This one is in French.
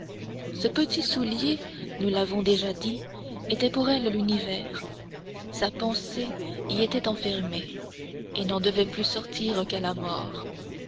ce petit soulier nous l'avons déjà dit était pour elle l'univers sa pensée y était enfermée et n'en devait plus sortir qu'à la mort